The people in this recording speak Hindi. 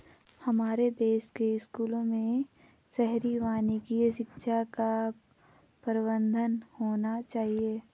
हमारे देश के स्कूलों में शहरी वानिकी शिक्षा का प्रावधान होना चाहिए